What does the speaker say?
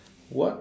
what